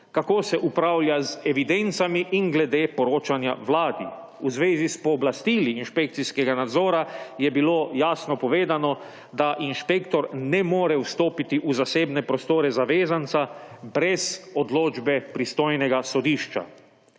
kako se upravlja z evidencami in glede poročanja Vladi. V zvezi s pooblastili inšpekcijskega nadzora je bilo jasno povedano, da inšpektor ne more vstopiti v zasebne prostore zavezanca brez odločbe pristojnega sodišča.